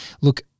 look